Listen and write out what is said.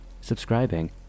subscribing